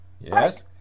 yes